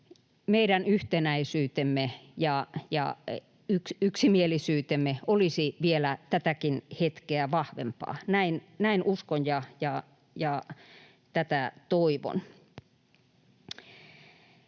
meidän yhtenäisyytemme ja yksimielisyytemme olisi vielä tätäkin hetkeä vahvempaa. Näin uskon ja tätä toivon.